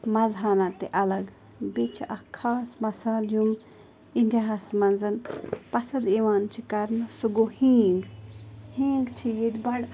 مَزٕ ہنا تہِ الگ بیٚیہِ چھِ اَکھ خاص مَسالہٕ یُہ اِنڈیاہَس منٛز پَسَنٛد یِوان چھِ کَرنہٕ سُہ گوٚو ہیٖنٛگ ہیٖنٛگ چھِ ییٚتہِ بَڑٕ